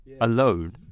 Alone